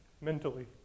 mentally